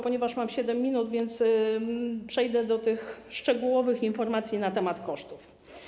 Ponieważ mam 7 minut, przejdę do szczegółowych informacji na temat kosztów.